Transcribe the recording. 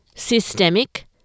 Systemic